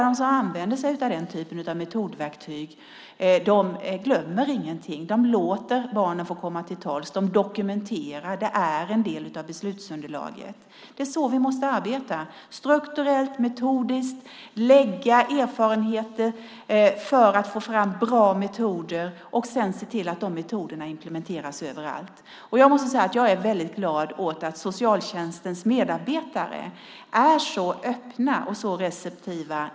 De som använder den typen av verktyg glömmer ingenting, de låter barnen få komma till tals, de dokumenterar, det är en del av beslutsunderlaget. Det är så vi måste arbeta - strukturellt, metodiskt, ta vara på erfarenheter för att få fram bra metoder och sedan se till att de metoderna implementeras överallt. Jag är väldigt glad åt att socialtjänstens medarbetare är så öppna och receptiva.